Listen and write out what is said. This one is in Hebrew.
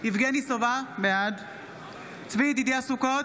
יבגני סובה, בעד צבי ידידיה סוכות,